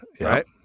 Right